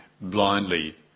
blindly